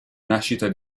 nascita